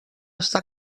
està